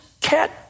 cat